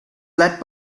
led